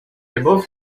above